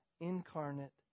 incarnate